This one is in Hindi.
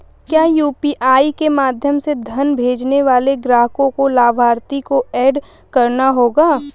क्या यू.पी.आई के माध्यम से धन भेजने से पहले ग्राहक को लाभार्थी को एड करना होगा?